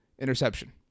interception